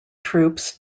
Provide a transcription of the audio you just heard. troops